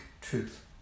truth